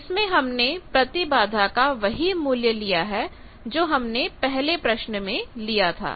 जिसमें हमने प्रतिबाधा का वही मूल्य लिया है जो हमने पहले प्रश्न में लिया था